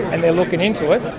and they're looking into it.